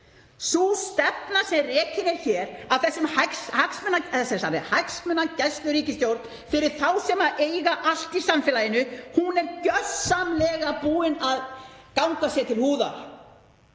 Sú stefna sem rekin er hér af þessari hagsmunagæsluríkisstjórn fyrir þá sem eiga allt í samfélaginu er gjörsamlega búin að ganga sér til húðar.